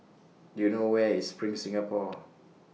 Do YOU know Where IS SPRING Singapore